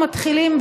מתחילות ומתחילים,